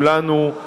של כולנו,